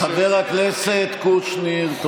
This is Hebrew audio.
חבר הכנסת קושניר,